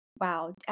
wow